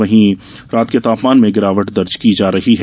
वहीं रात के तापमान में गिरावट दर्ज की जा रही है